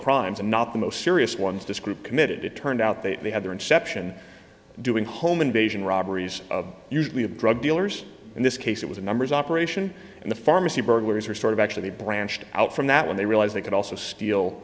crimes and not the most serious ones descript committed it turned out that they had their inception doing home invasion robberies of usually of drug dealers in this case it was a numbers operation and the pharmacy burglars are sort of actually branched out from that when they realize they could also ste